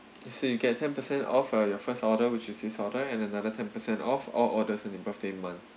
let's say you get ten percent off for your first order which is this order and another ten percent off all orders and the birthday month